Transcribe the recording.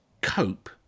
cope